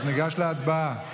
אז ניגש להצבעה.